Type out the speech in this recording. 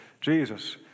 Jesus